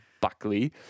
Buckley